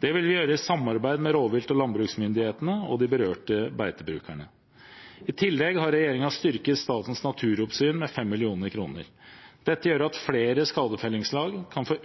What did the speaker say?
Det vil vi gjøre i et samarbeid mellom rovvilt- og landbruksmyndighetene og de berørte beitebrukerne. I tillegg har regjeringen styrket Statens naturoppsyn med 5 mill. kr. Dette gjør at flere skadefellingslag kan få